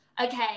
okay